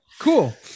cool